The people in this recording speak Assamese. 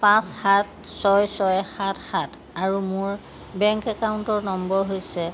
পাঁচ সাত ছয় ছয় সাত সাত আৰু মোৰ বেংক একাউণ্টৰ নম্বৰ হৈছে